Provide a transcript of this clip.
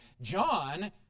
John